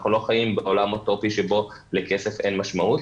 אנחנו לא חיים בעולם אוטופי שבו לכסף אין משמעות,